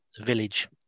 village